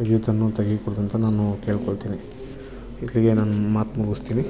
ವಿದ್ಯುತ್ತನ್ನು ತೆಗಿಕೂಡ್ದು ಅಂತ ನಾನು ಕೇಳ್ಕೊಳ್ತಿನಿ ಇಲ್ಲಿಗೆ ನನ್ನ ಮಾತು ಮುಗಿಸ್ತೀನಿ